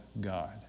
God